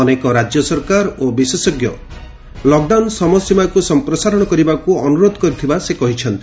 ଅନେକ ରାଜ୍ୟ ସରକାର ଓ ବିଶେଷଜ୍ଞ ଲକ୍ଡାଉନ୍ ସମୟସୀମାକୁ ସମ୍ପ୍ରସାରଣ କରିବାକୁ ଅନୁରୋଧ କରିଥିବା ସେ କହିଛନ୍ତି